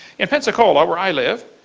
in pensacola where i live,